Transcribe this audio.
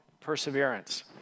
perseverance